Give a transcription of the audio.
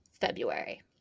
February